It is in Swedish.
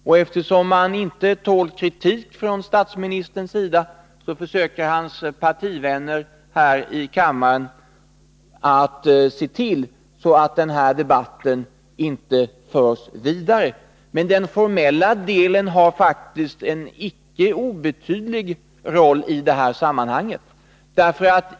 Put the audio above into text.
Och eftersom statsministern inte tål kritik, försöker hans partivänner här i kammaren se till så att den här debatten inte förs vidare. Men den formella delen har faktiskt en icke obetydlig roll i sammanhanget.